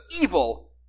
evil